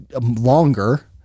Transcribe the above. longer